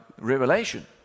Revelation